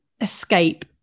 escape